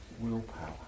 willpower